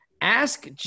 Ask